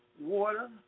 water